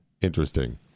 Interesting